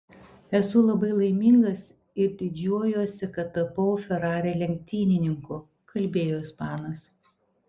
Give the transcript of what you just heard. esu labai laimingas ir didžiuojuosi kad tapau ferrari lenktynininku kalbėjo ispanas